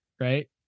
Right